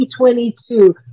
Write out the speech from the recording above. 2022